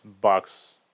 Bucks